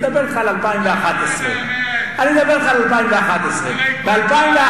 אני מדבר אתך על 2011. ב-2011